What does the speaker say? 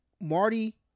Marty